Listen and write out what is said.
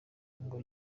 ingo